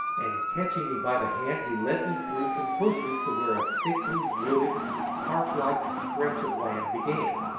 and catching me by the hand he led me through some bushes to where a thickly wooded park-like stretch of land began,